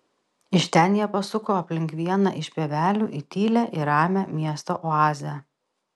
iš ten jie pasuko aplink vieną iš pievelių į tylią ir ramią miesto oazę